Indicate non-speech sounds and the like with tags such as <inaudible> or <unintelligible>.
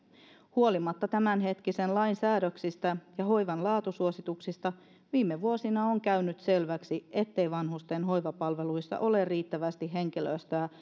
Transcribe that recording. huolimatta tämänhetkisen lain säädöksistä ja hoivan laatusuosituksista on viime vuosina käynyt selväksi ettei vanhusten hoivapalveluissa ole riittävästi henkilöstöä <unintelligible>